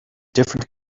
different